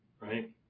right